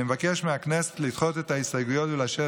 אני מבקש מהכנסת לדחות את ההסתייגויות ולאשר